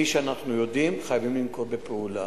מי שאנחנו יודעים, חייבים לנקוט פעולה.